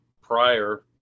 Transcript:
prior